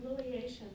humiliation